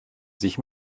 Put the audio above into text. sich